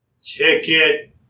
Ticket